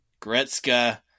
Gretzka